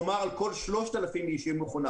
כלומר על כל 3,000 איש יש מכונה.